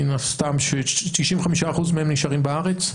מן הסתם 95% מהם נשארים בארץ?